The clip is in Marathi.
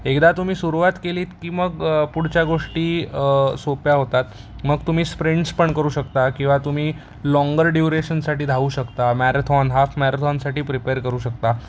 एकदा तुम्ही सुरुवात केलीत की मग पुढच्या गोष्टी सोप्या होतात मग तुम्ही स्प्रिंड्स पण करू शकता किंवा तुम्ही लॉंगर ड्युरेशनसाटी धावू शकता मॅरेथॉन हाफ मॅरथॉनसाटी प्रिपेअर करू शकता